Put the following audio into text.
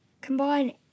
combine